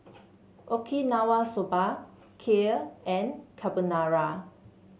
Okinawa Soba Kheer and Carbonara